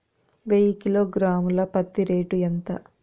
వెయ్యి కిలోగ్రాము ల పత్తి రేటు ఎంత?